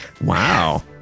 Wow